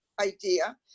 idea